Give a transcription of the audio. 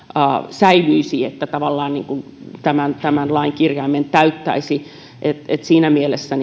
säilyisi ja että tavallaan tämän tämän lain kirjaimen täyttäisi siinä mielessä